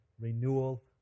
renewal